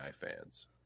fans